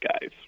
guys